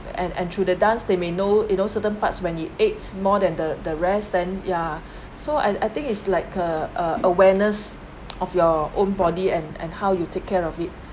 and and through the dance they may know you know certain parts when it aches more than the the rest then yeah so I I think it's like a a awareness of your own body and and how you take care of it